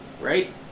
right